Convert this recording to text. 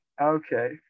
Okay